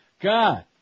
God